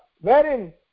wherein